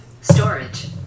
storage